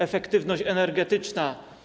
Efektywność energetyczna.